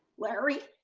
larry.